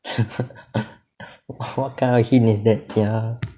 what kind of hint is that sia